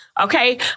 Okay